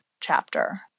chapter